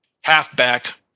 halfback